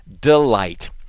delight